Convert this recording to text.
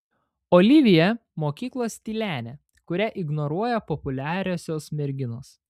olivija mokyklos tylenė kurią ignoruoja populiariosios merginos